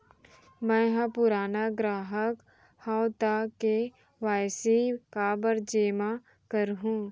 मैं ह पुराना ग्राहक हव त के.वाई.सी काबर जेमा करहुं?